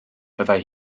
byddai